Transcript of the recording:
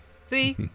See